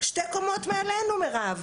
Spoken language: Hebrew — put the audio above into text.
שתי קומות מעלינו מירב,